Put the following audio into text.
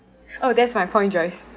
oh that's my point joyce